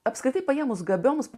apskritai paėmus gabioms